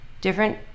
different